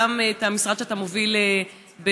גם של המשרד שאתה מוביל בעוצמה,